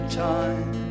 time